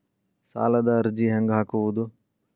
ಸಾಲದ ಅರ್ಜಿ ಹೆಂಗ್ ಹಾಕುವುದು?